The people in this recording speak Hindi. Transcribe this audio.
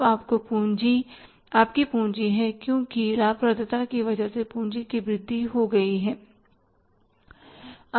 अब आपकी पूँजी है क्योंकि लाभप्रदता की वजह से पूँजी की वृद्धि हो जाती है